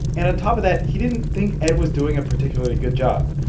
and on top of that, he didn't think ed was doing a particularly good job.